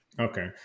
Okay